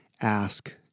ask